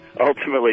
ultimately